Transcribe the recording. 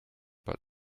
but